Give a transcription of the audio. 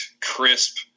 crisp